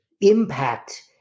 impact